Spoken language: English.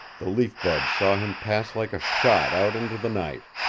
the leaf bud saw him pass like a shot out into the night,